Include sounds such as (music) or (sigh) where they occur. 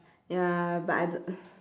ya but I (noise)